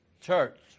church